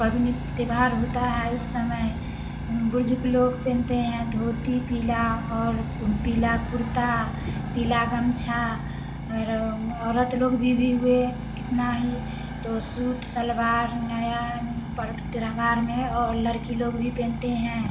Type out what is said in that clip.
पबनी त्यौहार होता है उस समय बुजुर्ग लोग पहनते हैं धोती पीला और पीला कुर्ता पीला गमछा और औरत लोग भी भी हुए कितना ही दो सूट सलवार नया पर्व त्यौहार में और लड़की लोग भी पहनते हैं